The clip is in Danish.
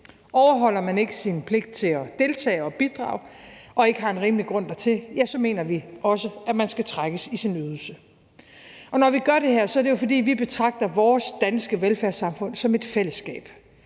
Overholder man ikke sin pligt til at deltage og bidrage og ikke har en rimelig grund dertil, mener vi også, at man skal trækkes i sin ydelse. Når vi gør det her, er det jo, fordi vi betragter vores danske velfærdssamfund som et fællesskab